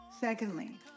Secondly